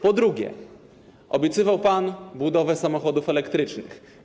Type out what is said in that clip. Po drugie, obiecywał pan budowę samochodów elektrycznych.